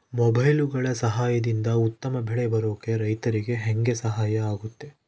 ಮೊಬೈಲುಗಳ ಸಹಾಯದಿಂದ ಉತ್ತಮ ಬೆಳೆ ಬರೋಕೆ ರೈತರಿಗೆ ಹೆಂಗೆ ಸಹಾಯ ಆಗುತ್ತೆ?